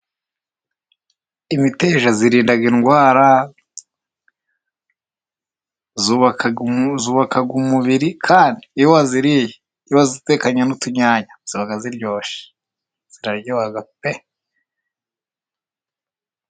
Imiteja irinda indwara, yubaka umubiri kandi iyo wayiriye iyo wayitekanye n'utunyanya iba iryoshye iraryoha pe.